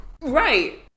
Right